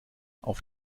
auf